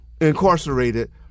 incarcerated